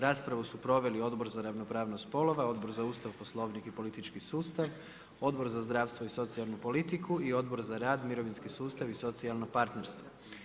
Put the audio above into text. Raspravu su proveli Odbor za ravnopravnost spolova, Odbor za Ustav, Poslovnik i politički sustav, Odbor za zdravstvo i socijalnu politiku i Odbor za rad, mirovinski sustav i socijalno partnerstvo.